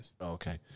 Okay